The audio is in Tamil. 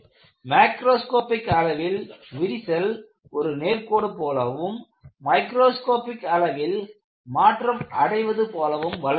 மாக்ரோஸ்காபிக் அளவில் விரிசல் ஒரு நேர்கோடு போலவும் மைக்ரோஸ்காபிக் அளவில் மாற்றம் அடைவது போலவும் வளர்கிறது